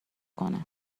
کنه